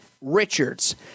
Richards